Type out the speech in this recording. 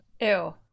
Ew